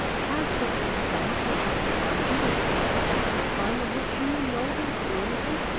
has the presumption to charge you with prosecuting a crime of which you know him to be innocent,